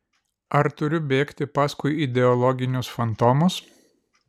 ar turiu bėgti paskui ideologinius fantomus